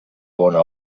bona